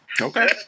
Okay